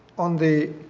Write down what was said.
on the